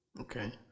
okay